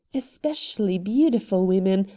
especially beautiful women,